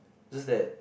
just that